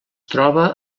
troba